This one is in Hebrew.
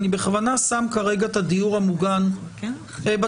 אני בכוונה שם כרגע את הדיור המוגן בצד.